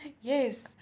Yes